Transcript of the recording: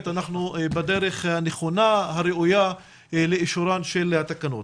אנחנו בדרך הנכונה והראויה לאישורן של התקנות.